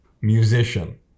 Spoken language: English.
musician